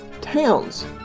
towns